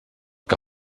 que